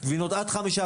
גבינות עד 5%,